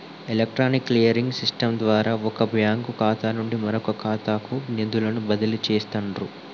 electronic clearing system ద్వారా వొక bank ఖాతా నుండి మరొకఖాతాకు నిధులను బదిలీ చేస్తండ్రు